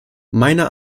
meiner